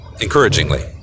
encouragingly